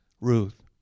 Ruth